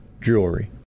jewelry